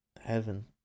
heaven